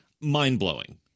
mind-blowing